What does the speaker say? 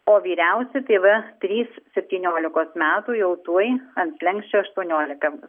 o vyriausi tai va trys septyniolikos metų jau tuoj ant slenksčio aštuoniolika